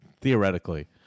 Theoretically